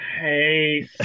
Hey